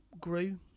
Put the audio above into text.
grew